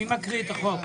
מי מקריא את החוק?